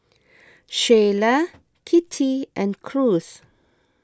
Shyla Kittie and Cruz